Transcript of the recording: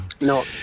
No